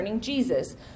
Jesus